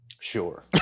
Sure